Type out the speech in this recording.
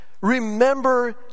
Remember